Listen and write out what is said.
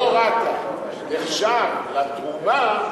הוא פרו-רטה נחשב לתרומה,